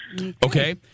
Okay